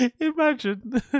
imagine